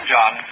John